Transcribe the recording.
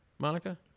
Monica